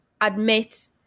admit